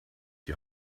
die